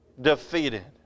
defeated